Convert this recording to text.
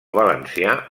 valencià